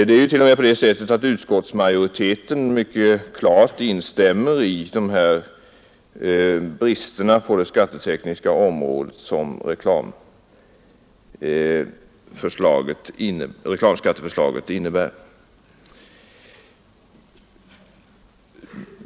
Det är ju t.o.m. på det sättet att utskottsmajoriteten klart instämmer i att det finns brister på det skattetekniska området i reklamskatteförslaget.